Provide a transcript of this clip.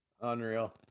Unreal